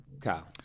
Kyle